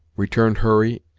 returned hurry,